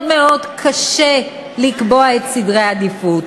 מאוד מאוד קשה לקבוע את סדר העדיפויות.